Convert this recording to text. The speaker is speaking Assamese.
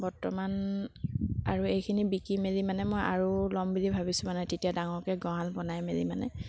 বৰ্তমান আৰু এইখিনি বিকি মেলি মানে মই আৰু ল'ম বুলি ভাবিছোঁ মানে তেতিয়া ডাঙৰকৈ গড়াল বনাই মেলি মানে